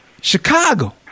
Chicago